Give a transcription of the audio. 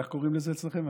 כך קוראים לזה אצלכם?